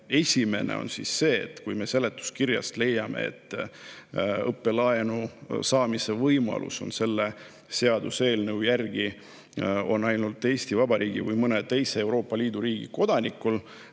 esimene on see, et me seletuskirjast leiame, et õppelaenu saamise võimalus on selle seaduseelnõu järgi ainult Eesti Vabariigi või mõne teise Euroopa Liidu riigi kodanikel,